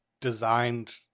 designed